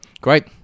Great